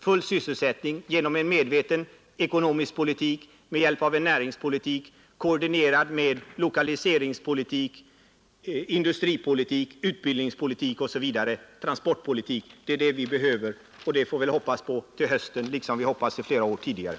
Full sysselsättning genom en medveten ekonomisk politik med hjälp av en näringspolitik, koordinerad med arbetsmarknadspolitik, lokaliseringspolitik, industripolitik, utbildningspolitik, transportpolitik osv. — det är vad vi behöver. Vi får väl hoppas på hösten, liksom vi har hoppats i flera år tidigare.